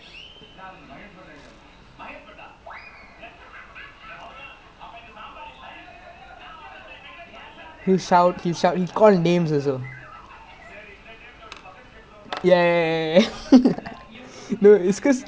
no legit like the defending in his last moments right like legit like பாத்தினா:paathinaa like really so passionate legit like clapping clapping they come on guys come on guys I remember the men deal like he really shouting only the ball only the ball இடம் சின்ன:idam chinna placed ah இருந்து:irunthu